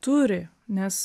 turi nes